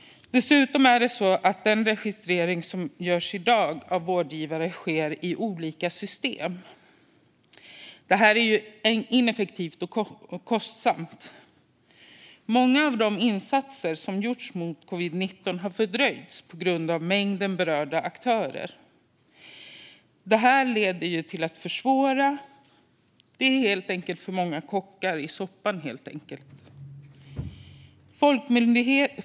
Dessutom är det så att den registrering som i dag görs av vårdgivare sker i olika system. Detta är ineffektivt och kostsamt. Många av de insatser som gjorts mot covid-19 har fördröjts på grund av mängden berörda aktörer. Det här bidrar till att försvåra - det är helt enkelt för många kockar om soppan.